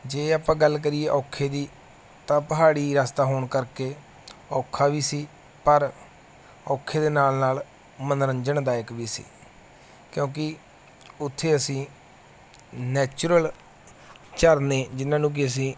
ਜੇ ਆਪਾਂ ਗੱਲ ਕਰੀਏ ਔਖੇ ਦੀ ਤਾਂ ਪਹਾੜੀ ਰਸਤਾ ਹੋਣ ਕਰਕੇ ਔਖਾ ਵੀ ਸੀ ਪਰ ਔਖੇ ਦੇ ਨਾਲ ਨਾਲ ਮਨੋਰੰਜਨ ਦਾਇਕ ਵੀ ਸੀ ਕਿਉਂਕਿ ਉੱਥੇ ਅਸੀਂ ਨੈਚੁਰਲ ਝਰਨੇ ਜਿਨ੍ਹਾਂ ਨੂੰ ਕਿ ਅਸੀਂ